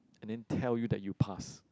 and then tell you that you passed